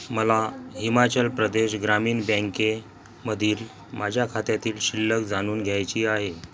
मला हिमाचल प्रदेश ग्रामीण बँकेमधील माझ्या खात्यातील शिल्लक जाणून घ्यायची आहे